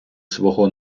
свого